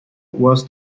was